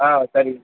ஆ சரி